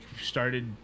started